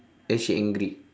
then she angry